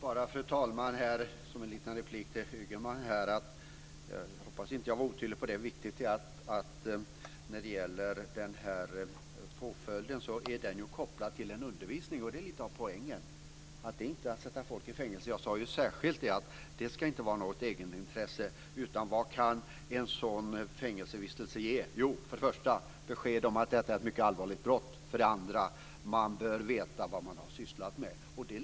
Fru talman! Jag vill bara helt kort, som en liten replik till Ygeman, säga att jag hoppas att jag inte var otydlig när det gäller påföljden. Den är ju kopplad till en undervisning, och det är lite av poängen. Det är alltså inte att sätta folk i fängelse. Jag sade ju särskilt att det inte ska vara något egenintresse. Men vad kan en fängelsevistelse ge? För det första: ett besked om att detta är ett mycket allvarligt brott. För det andra: vetskap om vad man har sysslat med.